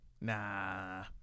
Nah